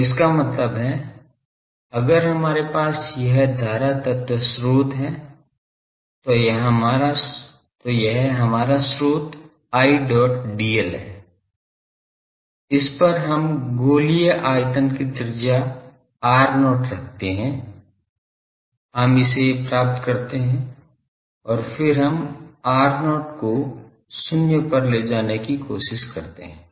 तो इसका मतलब है अगर हमारे पास यह धारा तत्व स्रोत है तो यह हमारा स्रोत Idl है इस पर हम गोलीय आयतन की त्रिज्या r0 रखते है हम इसे प्राप्त करते है और फिर हम r0 को शून्य पर ले जाने कि कोशिश करते हैं